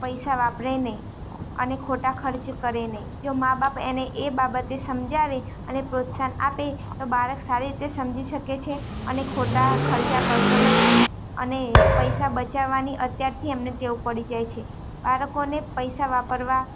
પૈસા વાપરે નહીં અને ખોટા ખર્ચ કરે નહીં જો મા બાપ એને એ બાબતે સમજાવે અને પ્રોત્સાહન આપે તો બાળક સારી રીતે સમજી શકે છે અને ખોટા ખર્ચા કરતો નથી અને પૈસા બચાવવાની અત્યારથી એમને ટેવ પડી જાય છે બાળકોને પૈસા વાપરવા